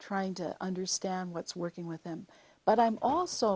trying to understand what's working with them but i'm also